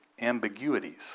ambiguities